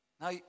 Now